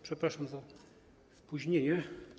Przepraszam za spóźnienie.